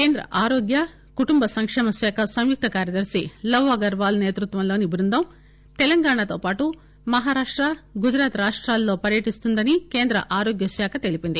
కేంద్ర ఆరోగ్య కుటుంబ సంక్షేమ శాఖ సంయుక్త కార్యదర్శి లవ్అగర్వాల్నేతృత్వంలోని బృందం తెలంగాణతో పాటు మహారాష్ట గుజరాత్రాష్టాల్లో పర్యటిస్తుందని కేంద్ర ఆరోగ్య శాఖ తెలిపింది